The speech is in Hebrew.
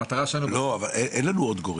המטרה שלנו --- אין לנו עוד גורם,